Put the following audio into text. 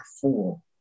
Four